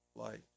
light